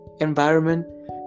environment